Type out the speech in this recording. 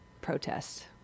protests